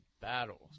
battles